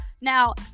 Now